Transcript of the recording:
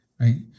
Right